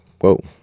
Whoa